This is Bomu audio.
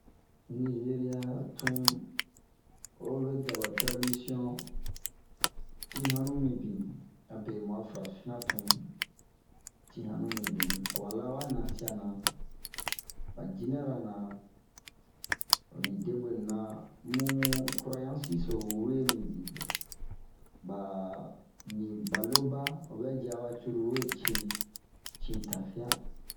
Nizeriya tun, oyi vɛ diya ba taradisiɔn, tin hannu min bin a be mu'a farafina tun, tin han nu mibini, awa la wa nasia na, ba jinɛɛ ra na, li debwenu na ,bun kurayansi so wure minbin. Baa ni, ba loobaa, ovɛ yi aba cururu we cin tafia.